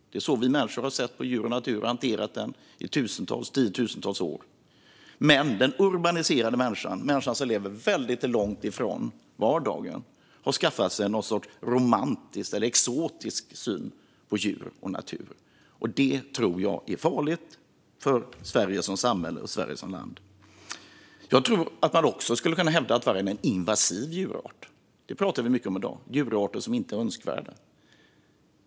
Det är så vi människor har sett på djur och natur och hanterat detta i tusentals och tiotusentals år. Men den urbaniserade människan som lever väldigt långt från vardagen har skaffat sig någon sorts romantisk eller exotisk syn på djur och natur, och det tror jag är farligt för Sverige som samhälle och för Sverige som land. Jag tror att man också skulle kunna hävda att vargen är en invasiv djurart. Det pratar vi mycket om i dag - djurarter som inte är önskvärda.